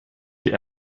die